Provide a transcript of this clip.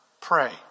pray